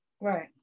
Right